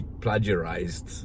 plagiarized